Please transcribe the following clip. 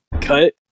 cut